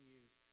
use